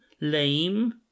lame